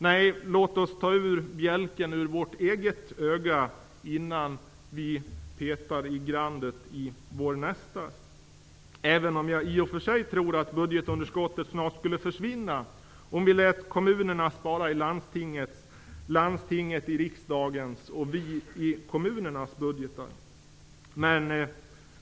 Nej, låt oss ta ut bjälken ur vårt eget öga innan vi petar i grandet i vår nästas. I och för sig tror jag att budgetunderskottet ganska snart skulle försvinna om vi lät kommunerna spara i landstingens budgetar och landstingen i riksdagens samt om vi sparade i kommunernas budgetar.